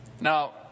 Now